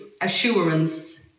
assurance